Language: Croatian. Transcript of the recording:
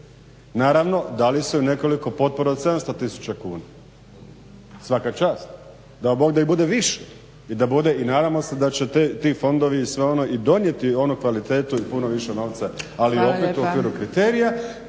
Naravno dali su nekoliko potpora od 700 tisuća kuna. Svaka čast, dao Bog da ih bude više i da bude i nadamo se da će ti fondovi i sve ono donijeti i kvalitetu i puno više novca ali opet u okviru kriterija